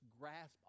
grasp